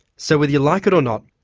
so whether you like it or not,